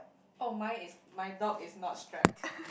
oh mine is my dog is not strapped